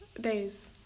days